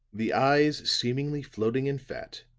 the eyes seemingly floating in fat,